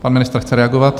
Pan ministr chce reagovat?